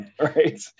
right